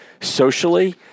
socially